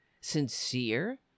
sincere